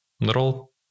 little